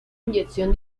inyección